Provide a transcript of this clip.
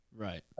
Right